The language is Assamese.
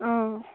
অঁ